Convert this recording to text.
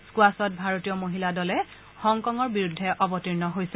স্কোৱাছত ভাৰতীয় মহিলা দলে হংকঙৰ বিৰুদ্ধে অৱৰ্তীণ হৈছে